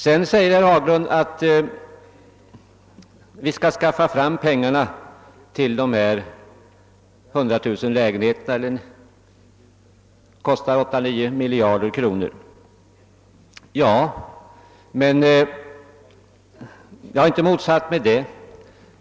Vidare säger herr Haglund att vi skall skaffa fram pengar till 100 000 lägenheter. Det kostar 8 å 9 miljarder kronor. Ja, jag har inte motsatt mig det.